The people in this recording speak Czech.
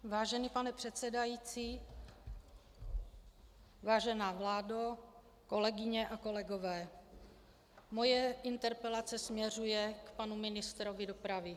Vážený pane předsedající, vážená vládo, kolegyně a kolegové, moje interpelace směřuje k panu ministrovi dopravy.